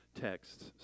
texts